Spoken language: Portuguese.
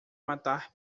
matar